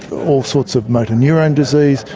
all sorts of motor neurone disease,